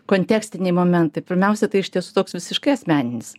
kontekstiniai momentai pirmiausia tai iš tiesų toks visiškai asmeninis